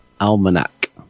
Almanac